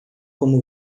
como